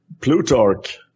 Plutarch